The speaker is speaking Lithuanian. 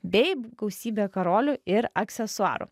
bei gausybė karolių ir aksesuarų